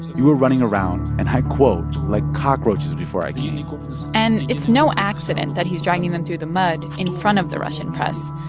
you were running around and i quote like cockroaches before i came and it's no accident that he's dragging them through the mud in front of the russian press.